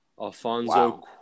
Alfonso